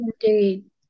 indeed